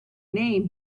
name